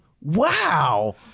wow